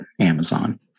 Amazon